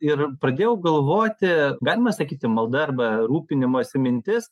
ir pradėjau galvoti galima sakyti malda arba rūpinimosi mintis